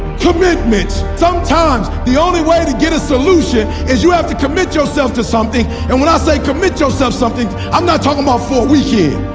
commitments! sometimes the only way to get a solution is you have to commit yourself to something and when i say commit yourself something i'm not talking about for a weekend.